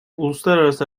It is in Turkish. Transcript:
uluslararası